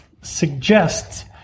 suggests